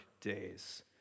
days